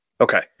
okay